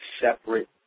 separate